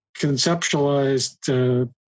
conceptualized